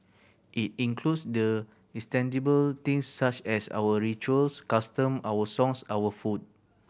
it includes the things such as our rituals customs our songs our food